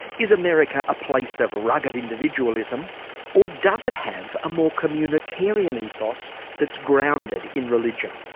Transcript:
is america a place of rugged individualism or does it have a more communitarian ethos that's grounded in religion?